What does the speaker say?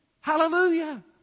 Hallelujah